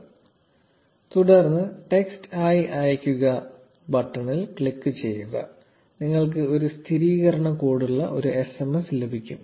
0143 തുടർന്ന് ടെക്സ്റ്റ് ആയി അയയ്ക്കുക ബട്ടണിൽ ക്ലിക്ക് ചെയ്യുക നിങ്ങൾക്ക് ഒരു സ്ഥിരീകരണ കോഡുള്ള ഒരു SMS ലഭിക്കും